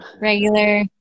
regular